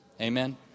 Amen